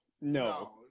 No